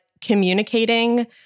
communicating